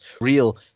Real